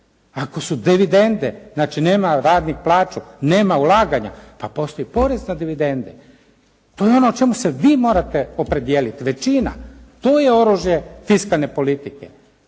Ako su dividende znači nema radnik plaću, nema ulaganja pa postoji porez na dividende. To je ono o čemu se morate vi opredijeliti. Većina. Tu je oružje fiskalne politike.